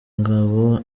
ngabo